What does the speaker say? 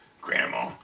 grandma